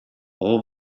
all